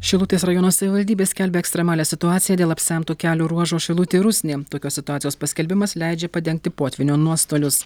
šilutės rajono savivaldybė skelbia ekstremalią situaciją dėl apsemto kelių ruožo šilutė rusnė tokios situacijos paskelbimas leidžia padengti potvynio nuostolius